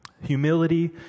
Humility